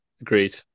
agreed